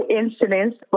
incidents